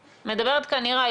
מדברת כאן נירה,